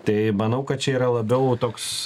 tai manau kad čia yra labiau toks